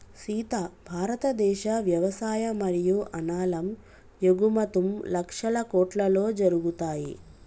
సీత భారతదేశ వ్యవసాయ మరియు అనాలం ఎగుమతుం లక్షల కోట్లలో జరుగుతాయి